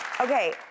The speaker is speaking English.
Okay